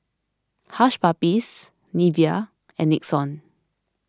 Hush Puppies Nivea and Nixon